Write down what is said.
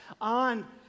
on